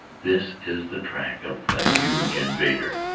this is the track of the huge invader.